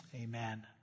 amen